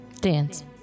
Dance